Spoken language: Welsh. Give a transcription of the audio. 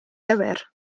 gywir